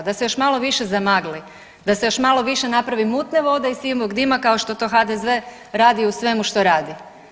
Da se još malo više zamagli, da se još malo više napravi mutne vode i sivog dima kao što to HDZ radi u svemu što radi.